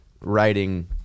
writing